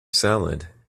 salad